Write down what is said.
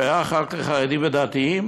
שייך רק לחרדים ודתיים?